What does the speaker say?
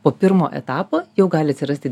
po pirmo etapo jau gali atsirasti